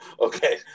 Okay